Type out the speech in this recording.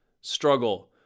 struggle